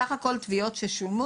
סך הכול תביעות ששולמו,